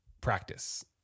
practice